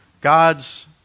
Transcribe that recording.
God's